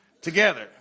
together